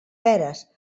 peres